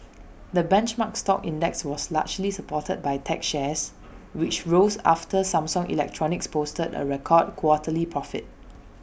the benchmark stock index was largely supported by tech shares which rose after Samsung electronics posted A record quarterly profit